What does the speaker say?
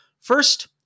First